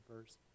first